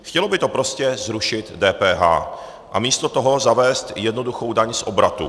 Chtělo by to prostě zrušit DPH a místo toho zavést jednoduchou daň z obratu.